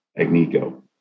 Agnico